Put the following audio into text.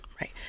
right